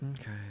Okay